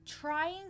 trying